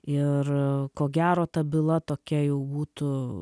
ir ko gero ta byla tokia jau būtų